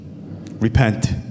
Repent